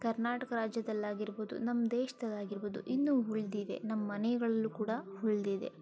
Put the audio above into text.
ಕರ್ನಾಟಕ ರಾಜ್ಯದಲ್ಲಾಗಿರ್ಬೋದು ನಮ್ಮ ದೇಶದಲ್ಲಾಗಿರ್ಬೋದು ಇನ್ನೂ ಉಳಿದಿದೆ ನಮ್ಮ ಮನೆಗಳಲ್ಲೂ ಕೂಡ ಉಳಿದಿದೆ